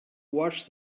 watch